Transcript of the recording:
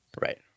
Right